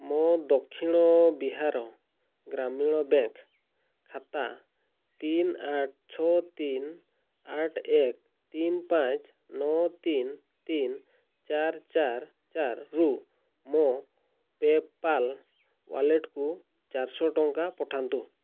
ମୋ ଦକ୍ଷିଣ ବିହାର ଗ୍ରାମୀଣ ବ୍ୟାଙ୍କ୍ ଖାତା ତିନି ଆଠ ଛଅ ତିନି ଆଠ ଏକ ତିନି ପାଞ୍ଚ ନଅ ତିନି ତିନି ଚାରି ଚାରି ଚାରିରୁ ମୋ ପେପାଲ୍ ୱାଲେଟ୍କୁ ଚାରିଶହ ଟଙ୍କା ପଠାନ୍ତୁ